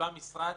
במשרד,